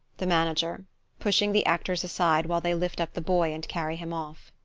the manager pushing the actors aside while they lift up the boy and carry him off.